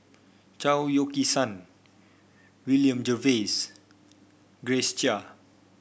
Chao Yoke San William Jervois Grace Chia